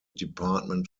department